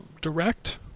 Direct